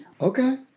Okay